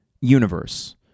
universe